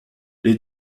les